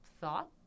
thought